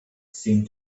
seemed